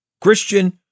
Christian